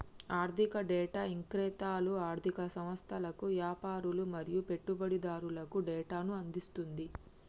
ఆర్ధిక డేటా ఇక్రేతలు ఆర్ధిక సంస్థలకు, యాపారులు మరియు పెట్టుబడిదారులకు డేటాను అందిస్తుంది